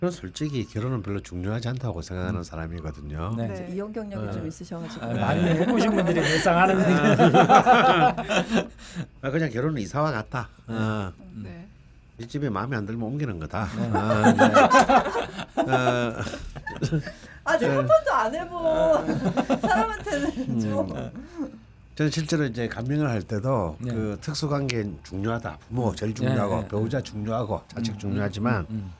저는 솔직히 결혼은 별로 중요하지 않다고 생각하는 음. 사람이거든요. 네. 이제 이용 경력이 어. 좀 있으셔가지고. 아, 많이 네. 해보신 분들이 예상하는 아. 근데. 아, 그냥 결혼은 이사와 같다. 네. 어. 음, 네. 이 집에 마음에 안 들면 옮기는 거다. 네. 아, 네. 어. 아직 어. 한 번도 안 해본 아. 사람한테는 좀. 음. 저는 실제로 이제 감명을 할 때도 네. 그 특수관계는 중요하다. 부모, 제일 네, 중요하고, 네, 네. 배우자 중요하고, 자식 음, 음, 중요하지만 음, 음.